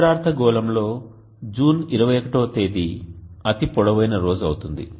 ఉత్తరార్ధ గోళంలో జూన్ 21తేదీ అతి పొడవైన రోజు అవుతుంది